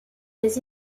des